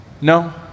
no